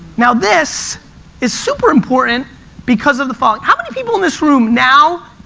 now this is super important because of the fact, how many people in this room now,